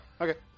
Okay